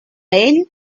ell